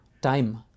time